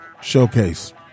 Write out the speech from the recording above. showcase